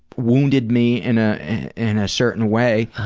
wounded me in ah in a certain way.